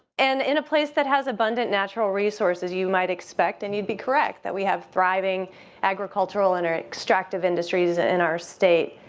and in a place that has abundant natural resources you might expect, and you'd be correct, that we have thriving agricultural and extractive industries ah in our state.